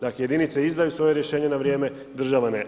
Da jedinice izdaju svoje rješenje na vrijeme, država ne.